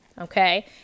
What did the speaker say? okay